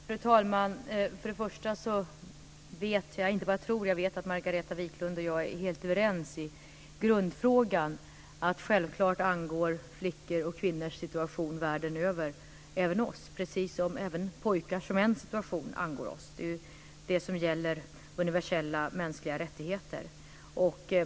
Fru talman! Till att börja med vet jag att Margareta Viklund och jag är helt överens i grundfrågan. Självfallet angår flickors och kvinnors situation världen över även oss, precis som även pojkars och mäns situation angår oss. Det är det som gäller universella mänskliga rättigheter.